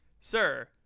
Sir